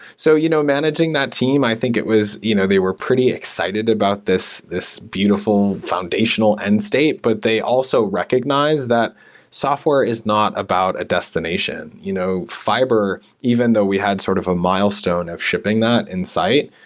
so, you know managing that team, i think it was you know they were pretty excited about this this beautiful foundational end state, but they also recogn ize that software is not about a destination. you know fiber, even though we had sort of a milestone of shipping that in site,